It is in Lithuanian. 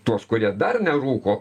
tuos kurie dar nerūko